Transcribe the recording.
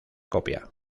copia